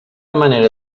manera